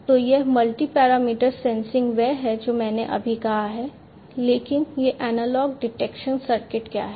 तो यह multi parameter sensing वह है जो मैंने अभी कहा है लेकिन यह एनालॉग डिटेक्शन सर्किट क्या है